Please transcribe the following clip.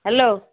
hello